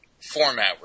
Format